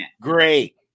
great